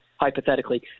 hypothetically